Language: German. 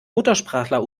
muttersprachler